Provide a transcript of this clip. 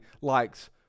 likes